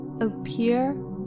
appear